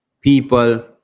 People